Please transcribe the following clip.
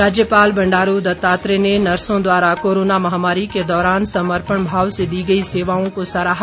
राज्यपाल बंडारू दत्तात्रेय ने नर्सों द्वारा कोरोना महामारी के दौरान समर्पण भाव से दी गई सेवाओं को सराहा